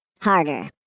harder